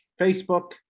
Facebook